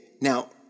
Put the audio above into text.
now